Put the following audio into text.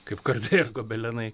kaip kad gobelenai